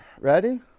Ready